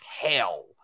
hell